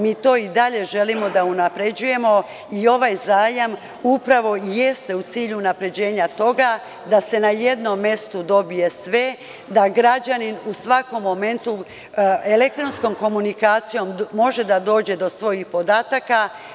Mi to i dalje želimo da unapređujemo i ovaj zajam upravo jeste u cilju unapređenja toga da se na jednom mestu dobije sve, da građanin u svakom momentu elektronskom komunikacijom može da dođe do svojih podataka.